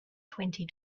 twenty